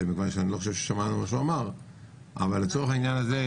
מכיוון שאני לא חושב ששמענו מה שהוא אמר אבל לצורך העניין הזה,